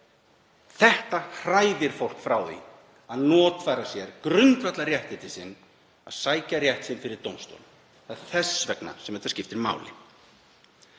Þetta hræðir fólk frá því að notfæra sér grundvallarréttindi sín, að sækja rétt sinn fyrir dómstólum. Þess vegna skiptir þetta máli.